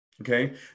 Okay